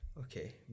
okay